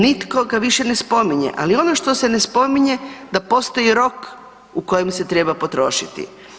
Nitko ga više ne spominje, ali ono što se ne spominje da postoji rok u kojem se treba potrošiti.